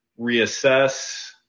reassess